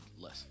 Less